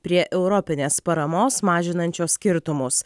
prie europinės paramos mažinančios skirtumus